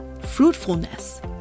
Fruitfulness